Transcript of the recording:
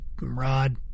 Rod